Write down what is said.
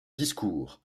discours